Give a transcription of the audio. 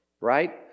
right